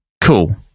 cool